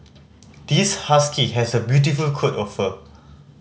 this husky has a beautiful coat of fur